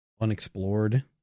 unexplored